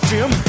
Jim